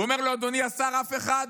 הוא אומר לו: אדוני השר, אף אחד.